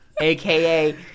AKA